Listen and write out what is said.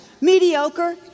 mediocre